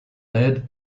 led